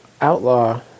Outlaw